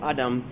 Adam